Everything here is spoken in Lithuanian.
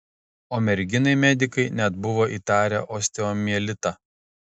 o merginai medikai net buvo įtarę osteomielitą